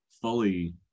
fully